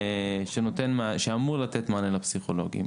שאמור לתת מענה לפסיכולוגים.